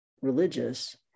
religious